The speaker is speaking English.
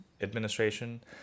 administration